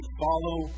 follow